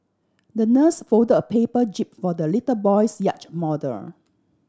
the nurse fold a paper jib for the little boy's yacht model